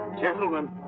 Gentlemen